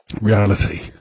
reality